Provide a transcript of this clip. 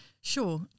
Sure